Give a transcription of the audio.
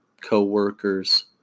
co-workers